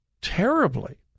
terribly